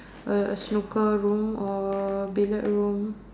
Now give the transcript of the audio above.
a a snooker room or billiard room